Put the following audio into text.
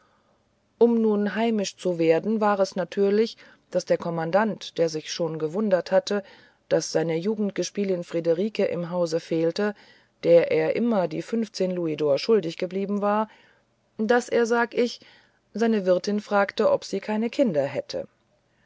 um nun heimisch zu werden war es natürlich daß der kommandant der sich schon gewundert hatte daß seine jugendgespielin friederike im hause fehle der er immer die fünfzehn louisdor schuldig geblieben war daß er sag ich seine wirte fragte ob sie keine kinder hätten